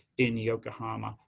in yokohama,